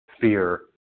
fear